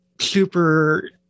super